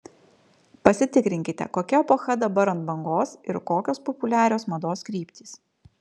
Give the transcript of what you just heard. pasitikrinkite kokia epocha dabar ant bangos ir kokios populiarios mados kryptys